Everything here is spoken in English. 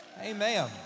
Amen